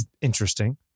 interesting